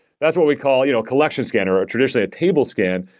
that's what we call you know collection scanner, or traditionally a table scan,